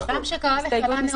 ממשיכים.